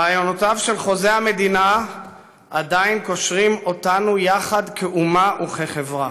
רעיונותיו של חוזה המדינה עדיין קושרים אותנו יחד כאומה וכחברה.